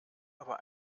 aber